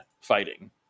fighting